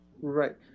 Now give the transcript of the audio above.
right